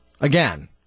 Again